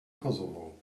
kosovo